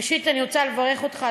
ראשית, אני רוצה לברך אותך.